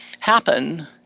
happen